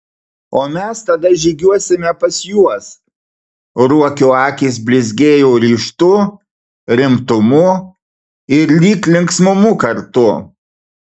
o mes tada žygiuosime pas juos ruokio akys blizgėjo ryžtu rimtumu ir lyg linksmumu kartu